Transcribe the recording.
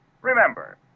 Remember